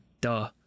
duh